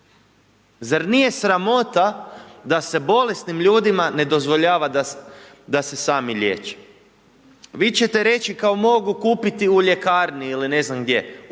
Zar nije sramota da se bolesnim ljudima ne dozvoljava da se sami liječe? Vi ćete reći kao mogu kupiti u ljekarni ili ne znam gdje,